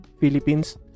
Philippines